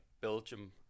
Belgium